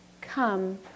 Come